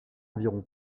environ